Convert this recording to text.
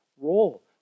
role